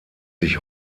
sich